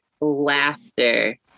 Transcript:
laughter